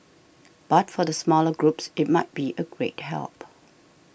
but for the smaller groups it might be a great help